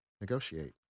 negotiate